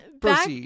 back